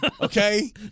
okay